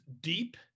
deep